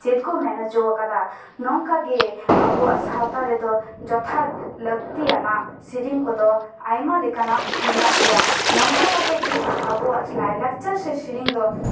ᱪᱮᱫ ᱠᱚ ᱢᱮᱱ ᱚᱪᱚ ᱟᱠᱟᱫᱟ ᱱᱚᱝᱠᱟ ᱜᱮ ᱟᱵᱚᱣᱟᱜ ᱥᱟᱶᱛᱟ ᱨᱮᱫᱚ ᱡᱚᱛᱷᱟᱛ ᱞᱟᱹᱠᱛᱤᱭᱟᱱᱟ ᱥᱮᱨᱮᱧ ᱠᱚᱫᱚ ᱟᱭᱢᱟ ᱞᱮᱠᱟᱱᱟᱜ ᱢᱮᱱᱟᱜ ᱜᱮᱭᱟ ᱱᱚᱝᱠᱟ ᱠᱟᱛᱮᱫ ᱜᱮ ᱟᱵᱚᱣᱟᱜ ᱞᱟᱭ ᱞᱟᱠᱪᱟᱨ ᱥᱮ ᱥᱮᱨᱮᱧ ᱫᱚ